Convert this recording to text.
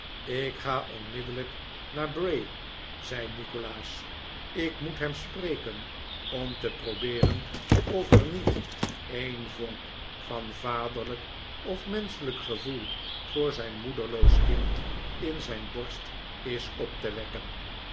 ik ga onmiddellijk naar bray zei nikolaas ik moet hem spreken om te probeeren of er niet een vonk van vaderlijk of menschelijk gevoel voor zijn moederloos kind in zijn borst is op te wekken